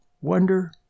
wonder